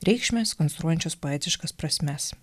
reikšmės konstruojančios poetiškas prasmes